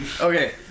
Okay